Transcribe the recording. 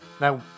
Now